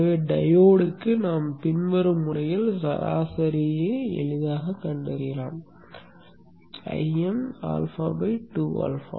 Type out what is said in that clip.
எனவே டையோடுக்கு நாம் பின்வரும் முறையில் சராசரியை எளிதாகக் கண்டறியலாம் Im α2π